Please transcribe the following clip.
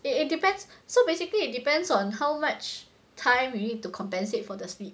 it it depends so basically it depends on how much time you need to compensate for the sleep